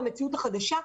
למציאות החדשה.